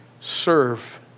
serve